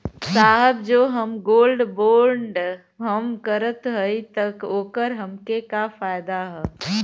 साहब जो हम गोल्ड बोंड हम करत हई त ओकर हमके का फायदा ह?